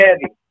heavy